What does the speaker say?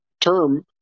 term